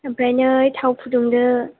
ओमफ्राय नै थाव फुदुंदो